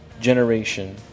generation